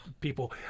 people